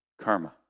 Karma